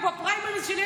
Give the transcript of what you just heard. הוא בפריימריז של,